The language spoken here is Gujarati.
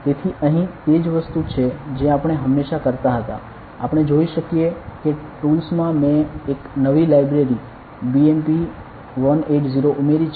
તેથી અહીં તે જ વસ્તુ છે જે આપણે હંમેશા કરતા હતા આપણે જોઈ શકીએ કે ટૂલ્સ માં મેં એક નવી લાઇબ્રેરી BMP180 ઉમેરી છે